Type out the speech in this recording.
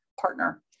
partner